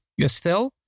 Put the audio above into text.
Gestel